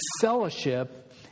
fellowship